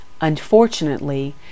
Unfortunately